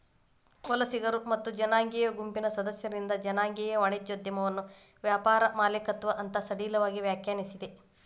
ವಲಸಿಗರ ಮತ್ತ ಜನಾಂಗೇಯ ಗುಂಪಿನ್ ಸದಸ್ಯರಿಂದ್ ಜನಾಂಗೇಯ ವಾಣಿಜ್ಯೋದ್ಯಮವನ್ನ ವ್ಯಾಪಾರ ಮಾಲೇಕತ್ವ ಅಂತ್ ಸಡಿಲವಾಗಿ ವ್ಯಾಖ್ಯಾನಿಸೇದ್